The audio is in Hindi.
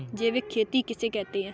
जैविक खेती किसे कहते हैं?